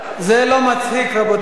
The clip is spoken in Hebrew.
זה לא מצחיק, רבותי.